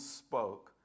spoke